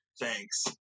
Thanks